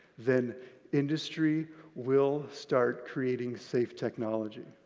then industry will start creating safe technology.